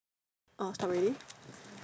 orh stop already